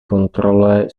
kontrole